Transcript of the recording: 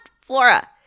Flora